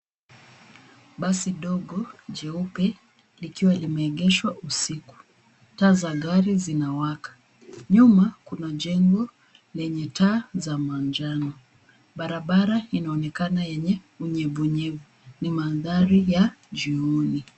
Basi dogo jeupe, likiwa limeegeshwa usiku. Taa za gari zinawaka. Nyuma, kuna jengo lenye taa za manjano. Barabara inaonekana yenye unyevunyevu. Ni mandhari ya jioni.